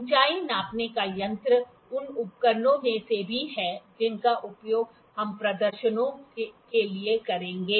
ऊँचाई नापने का यंत्र उन उपकरणों में से भी है जिनका उपयोग हम प्रदर्शनों के लिए करेंगे